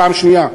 פעם שנייה,